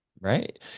Right